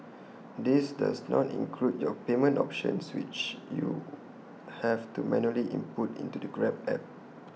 this does not include your payment options which you have to manually input into the grab app